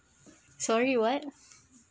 sorry what